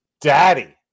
daddy